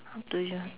up to you